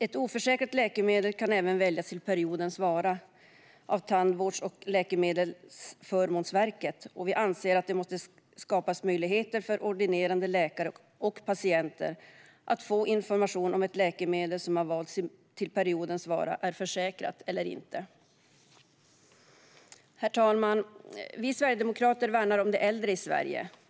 Ett oförsäkrat läkemedel kan även väljas till periodens vara av Tandvårds och läkemedelsförmånsverket, och vi anser att det måste skapas möjligheter för ordinerande läkare och patienter att få information om huruvida ett läkemedel som har valts till periodens vara är försäkrat eller inte. Herr talman! Vi sverigedemokrater värnar om de äldre i Sverige.